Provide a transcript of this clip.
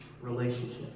Relationship